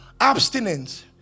abstinence